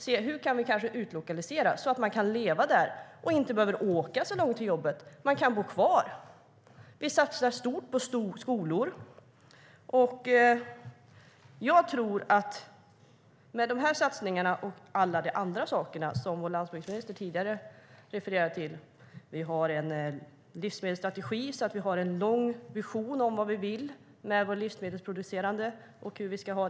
Det kanske kan göras utlokaliseringar, så att man kan bo på landsbygden utan att behöva åka så långt till jobbet. Vi satsar även stort på skolor. Jag tror på de här satsningarna och alla de andra saker som vår landsbygdsminister tidigare refererade till. Vi har en livsmedelsstrategi med en långsiktig vision för livsmedelsproduktionen i Sverige.